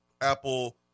apple